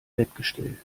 bettgestell